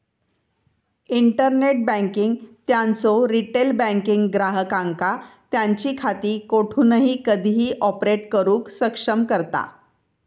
internet banking त्यांचो retail banking ग्राहकांका त्यांची खाती कोठूनही कधीही ऑपरेट करुक सक्षम करता